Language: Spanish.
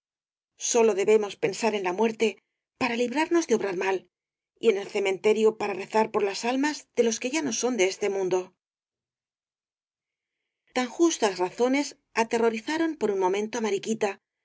sólo debemos pensar en la muerte para librarnos de obrar mal y en el cementerio para rezar por las almas de los que ya no son de este mundo tan justas razones aterrorizaron por un momento á mariquita